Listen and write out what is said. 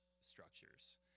structures